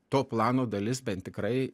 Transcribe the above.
to plano dalis bent tikrai